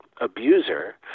abuser